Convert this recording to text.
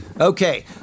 okay